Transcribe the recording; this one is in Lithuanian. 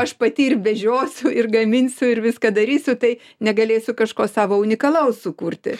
aš pati ir vežiosiu ir gaminsiu ir viską darysiu tai negalėsiu kažko savo unikalaus sukurti